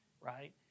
right